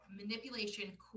manipulation